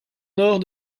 nord